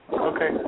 Okay